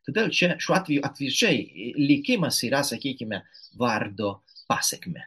todėl čia šiuo atveju atvirkščiai į likimas yra sakykime vardo pasekmė